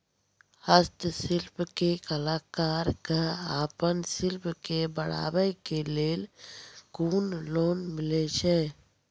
हस्तशिल्प के कलाकार कऽ आपन शिल्प के बढ़ावे के लेल कुन लोन मिलै छै?